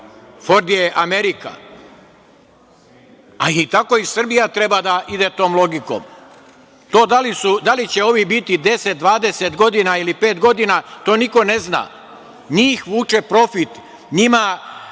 „Ford“ je Amerika. Tako i Srbija treba da ide tom logikom. To da li će ovi biti 10, 20 ili pet godina, to niko ne zna, njih vuče profit, njima